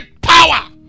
power